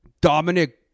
Dominic